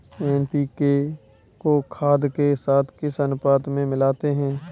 NPK को खाद के साथ किस अनुपात में मिलाते हैं?